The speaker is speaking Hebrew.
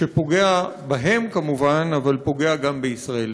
שפוגע בהם, כמובן, אבל פוגע גם בישראל.